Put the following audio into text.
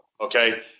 okay